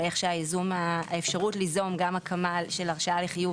על איך שהאפשרות ליזום גם הקמת של הרשאה לחיוב